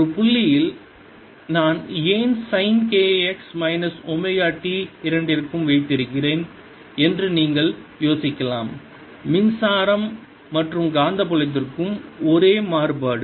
ஒரு புள்ளியில் நான் ஏன் sine kx minus omega t இரண்டிற்கும் வைத்திருக்கிறேன் என்று நீங்கள் யோசிக்கலாம் மின்சார மற்றும் காந்தப்புலத்திற்கும் ஒரே மாறுபாடு